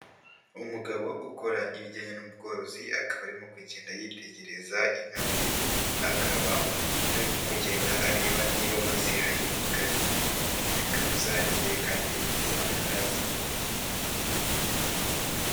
Umugabo ukora ibijyanye n'ubworozi, akaba arimo kugenda yitegereza inka ze, akaba arimo kugenda areba niba bazihaye ubwatsi, zikaba zariye kandi zanahaze.